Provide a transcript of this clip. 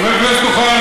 חבר הכנסת אוחנה,